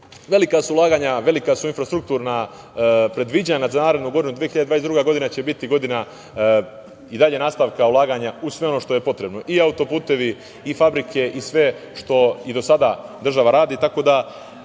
velika su ulaganja, velika su infrastrukturna predviđena za narednu godinu. Godina 2022. će biti godina i dalje nastavka ulaganja u sve ono što je potrebno i autoputevi i fabrike i sve što i do sada država radi,